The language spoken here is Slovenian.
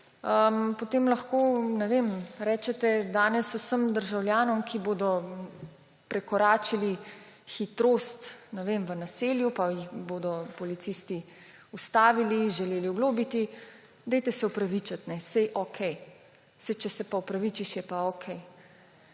potem lahko rečete danes vsem državljanom, ki bodo prekoračili hitrost, ne vem, v naselju pa jih bodo policisti ustavili, želeli oglobiti, dajte se opravičiti, saj okej, saj če se opravičiš, je pa okej.